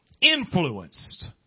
influenced